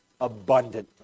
abundantly